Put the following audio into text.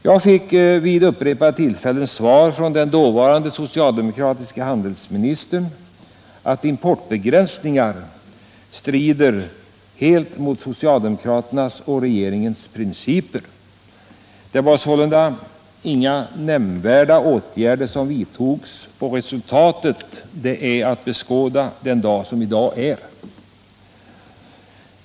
Jag fick vid upprepade tillfällen svar från den dåvarande socialdemokratiske handelsministern att importbegränsningar strider helt mot socialdemokraternas och regeringens principer. Det var sålunda inga nämnvärda åtgärder som vidtogs, och resultatet är att beskåda den dag som i dag är.